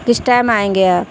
کس ٹائم آئیں گے آپ